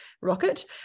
Rocket